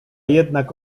jednak